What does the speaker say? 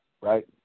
right